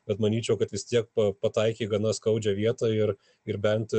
bet manyčiau kad vis tiek pataikė į gana skaudžią vietą ir ir bent